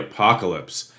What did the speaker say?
Apocalypse